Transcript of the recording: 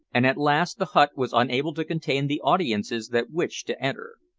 and at last the hut was unable to contain the audiences that wished to enter.